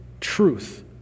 truth